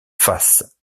face